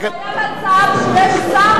אדוני היושב-ראש,